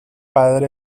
padre